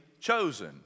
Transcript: chosen